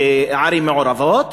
בערים מעורבות,